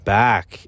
back